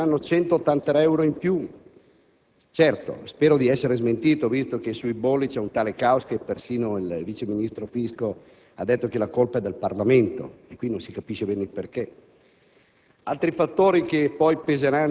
del Ministero dell'economia, si pagheranno 180 euro in più. Certo, spero di essere smentito, visto che sui bolli c'è un tale caos che persino il vice ministro Visco ha detto che la colpa è del Parlamento. E qui non si capisce bene il perché.